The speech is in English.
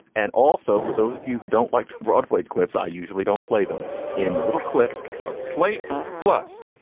and also for those of you who don't like broadway clips i usually don't play them in the little clip of slate plus.